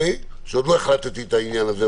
שעוד לא החלטתי את העניין הזה,